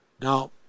Now